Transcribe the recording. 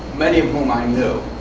many of whom i knew.